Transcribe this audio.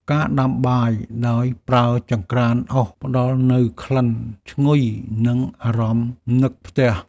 ការដាំបាយដោយប្រើចង្ក្រានអុស ផ្តល់នូវក្លិនឈ្ងុយ និងអារម្មណ៍នឹកផ្ទះ។